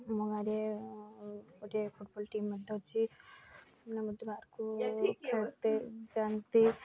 ଆମ ଗାଁରେ ଗୋଟିଏ ଫୁଟ୍ବଲ୍ ଟିମ୍ ମଧ୍ୟ ଅଛି ପିଲାମାନେ ବାହାରକୁ ଖେଳିତେ ଯାଆନ୍ତି